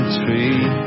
tree